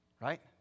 Right